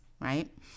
right